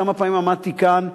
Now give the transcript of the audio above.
כמה פעמים עמדתי כאן,